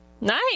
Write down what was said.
Nice